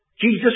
Jesus